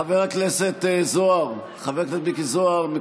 חבר הכנסת זוהר, חבר הכנסת מיקי זוהר?